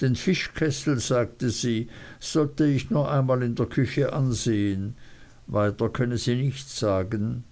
den fischkessel sagte sie sollte ich nur einmal in der küche ansehen weiter könne sie nichts sagen